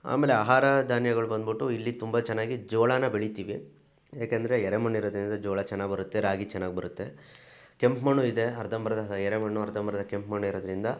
ಆಮೇಲೆ ಆಹಾರ ಧಾನ್ಯಗಳು ಬಂದ್ಬಿಟ್ಟು ಇಲ್ಲಿ ತುಂಬ ಚೆನ್ನಾಗಿ ಜೋಳನ ಬೆಳಿತೀವಿ ಯಾಕೆಂದ್ರೆ ಎರೆ ಮಣ್ಣು ಇರೋದ್ರಿಂದ ಜೋಳ ಚೆನ್ನಾಗಿ ಬರುತ್ತೆ ರಾಗಿ ಚೆನ್ನಾಗಿ ಬರುತ್ತೆ ಕೆಂಪು ಮಣ್ಣು ಇದೆ ಅರ್ಧಂಬರ್ಧ ಎರೆ ಮಣ್ಣು ಅರ್ಧಂಬರ್ಧ ಕೆಂಪು ಮಣ್ಣು ಇರೋದ್ರಿಂದ